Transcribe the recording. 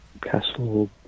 castle